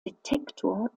detektor